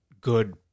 good